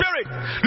spirit